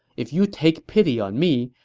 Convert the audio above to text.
if you take pity on me,